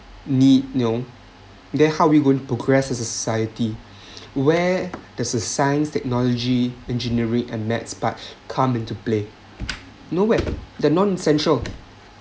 need you know then how are we going progress as a society where there is science technology engineering and math but come into play nowhere they're non-essential